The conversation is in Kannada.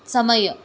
ಸಮಯ